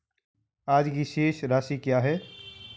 आज की शेष राशि क्या है?